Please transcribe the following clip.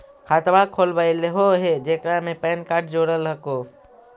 खातवा खोलवैलहो हे जेकरा मे पैन कार्ड जोड़ल हको?